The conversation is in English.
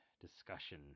discussion